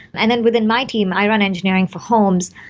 and then within my team, i run engineering for homes.